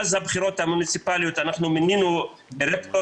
אחרי הבחירות המוניציפאליות אנחנו מינינו דירקטור